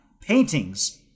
Paintings